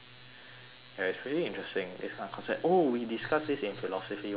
ya it's pretty interesting this kind of concept oh we discussed this in philosophy one O one as well